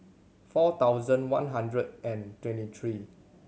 four thousand one hundred and twenty three